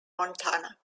montana